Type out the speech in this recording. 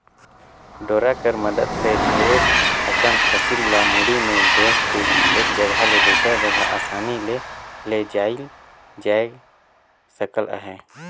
डोरा कर मदेत ले ढेरे अकन फसिल ल मुड़ी मे डोएह के एक जगहा ले दूसर जगहा असानी ले लेइजल जाए सकत अहे